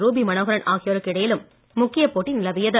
Ruby Manoharan ஆகியோருக்கு இடையிலும் முக்கியப் போட்டி நிலவியது